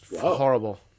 Horrible